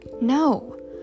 No